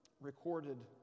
recorded